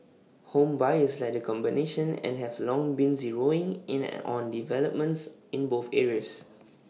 home buyers like the combination and have long been zeroing in an on developments in both areas